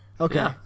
Okay